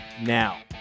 now